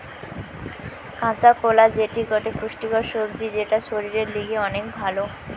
কাঁচা কোলা যেটি গটে পুষ্টিকর সবজি যেটা শরীরের লিগে অনেক ভাল